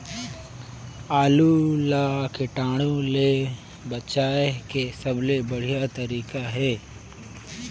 आलू ला कीटाणु ले बचाय के सबले बढ़िया तारीक हे?